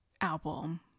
album